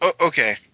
Okay